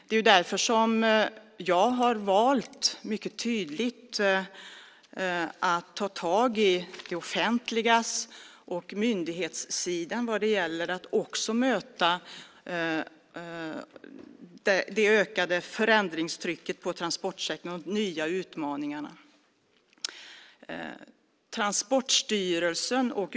Det är därför som jag mycket tydligt har valt att ta tag i det offentliga och myndighetssidan vad gäller att också möta det ökade förändringstrycket på transportsektorn och de nya utmaningarna.